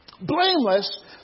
blameless